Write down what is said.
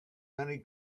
many